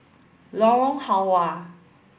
Lorong Halwa